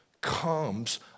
comes